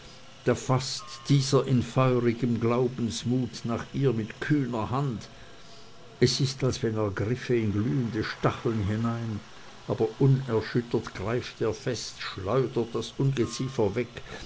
da faßt dieser in feurigem glaubensmut nach ihr mit kühner hand es ist als wenn er griffe in glühende stacheln hinein aber unerschüttert greift er fest schleudert das ungeziefer weg